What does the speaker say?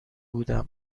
بودیم